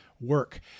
work